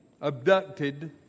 abducted